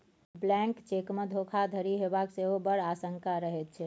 blank चेकमे धोखाधड़ी हेबाक सेहो बड़ आशंका रहैत छै